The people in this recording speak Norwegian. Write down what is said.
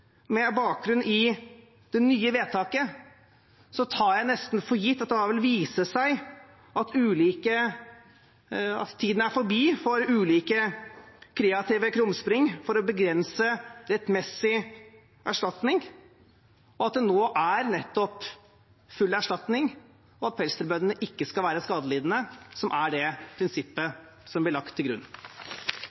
med bakgrunn i det nye vedtaket, tar jeg nesten for gitt at det vil vise seg at tiden er forbi for ulike kreative krumspring for å begrense rettmessig erstatning, at prinsippet som blir lagt til grunn nå, er nettopp full erstatning, og at pelsdyrbøndene ikke skal være skadelidende. Dagen i dag startet med pels som tema på Politisk kvarter – et tema som